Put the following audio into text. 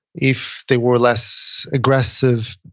if they were less aggressive.